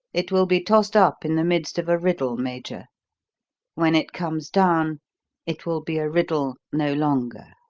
it will be tossed up in the midst of a riddle, major when it comes down it will be a riddle no longer.